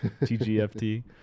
TGFT